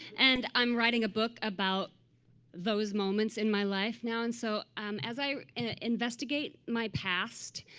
and i'm writing a book about those moments in my life now. and so um as i investigate my past,